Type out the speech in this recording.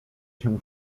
się